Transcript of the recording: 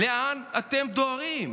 לאן אתם דוהרים?